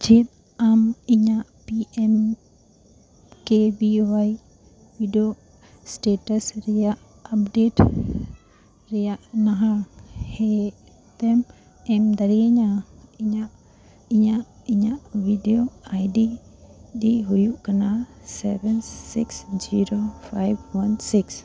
ᱪᱮᱫ ᱟᱢ ᱤᱧᱟᱹᱜ ᱯᱤ ᱮᱱ ᱠᱮ ᱵᱷᱤ ᱚᱣᱟᱭ ᱵᱤᱰᱟᱹᱣ ᱥᱴᱮᱴᱟᱥ ᱨᱮᱭᱟᱜ ᱟᱯᱰᱮᱴ ᱨᱮᱭᱟᱜ ᱱᱟᱦᱟᱜ ᱦᱟᱞᱚᱛᱮᱢ ᱮᱢ ᱫᱟᱲᱮᱭᱤᱧᱟᱹ ᱤᱧᱟᱹᱜ ᱤᱧᱟᱹᱜ ᱵᱷᱤᱰᱭᱳ ᱟᱭ ᱰᱤ ᱦᱩᱭᱩᱜ ᱠᱟᱱᱟ seven six zero five one six